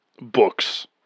books